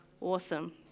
Awesome